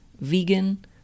vegan